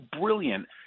brilliant